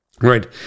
right